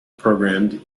programmed